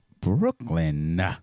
Brooklyn